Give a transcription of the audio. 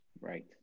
right